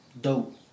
Dope